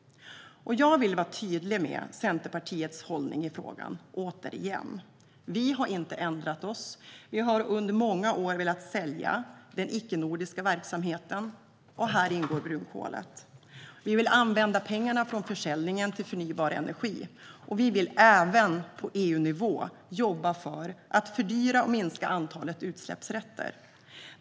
Jag vill återigen vara tydlig med Centerpartiets hållning i frågan. Vi har inte ändrat oss. Vi har under många år velat sälja den icke-nordiska verksamheten. Här ingår brunkolet. Vi vill använda pengarna från försäljningen till förnybar energi. Och vi vill även på EU-nivå jobba för att fördyra utsläppsrätterna och minska antalet.